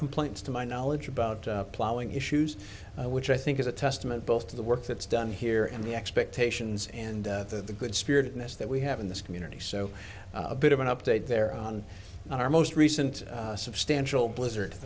complaints to my knowledge about plowing issues which i think is a testament both to the work that's done here and the expectations and the good spirit ness that we have in this community so a bit of an update there on our most recent substantial blizzard